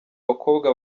bakobwa